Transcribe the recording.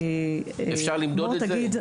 אפשר למדוד את זה?